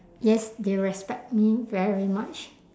yes they respect me very much